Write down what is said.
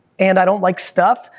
and i don't like stuff,